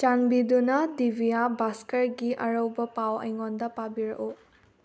ꯆꯥꯟꯕꯤꯗꯨꯅ ꯗꯤꯕꯤꯌꯥ ꯕꯥꯁꯀꯔꯒꯤ ꯑꯔꯧꯕ ꯄꯥꯎ ꯑꯩꯉꯣꯟꯗ ꯄꯥꯕꯤꯔꯛꯎ